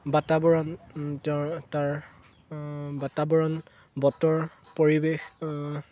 বাতাৱৰণ তেওঁ তাৰ বাতাৱৰণ বতৰ পৰিৱেশ